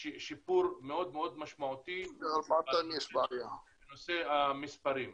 יש שיפור מאוד מאוד משמעותי בנושא המספרים,